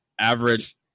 average